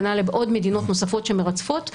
כנ"ל לעוד מדינות נוספות שמרצפות,